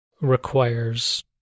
requires